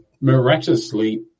miraculously